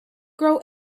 grow